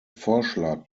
vorschlag